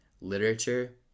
literature